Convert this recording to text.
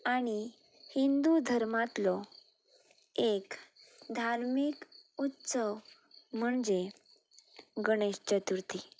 आनी हिंदू धर्मांतलो एक धार्मीक उत्सव म्हणजे गणेश चतुर्थी